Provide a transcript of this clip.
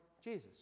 Jesus